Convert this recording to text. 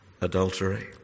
adultery